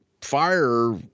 fire